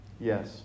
yes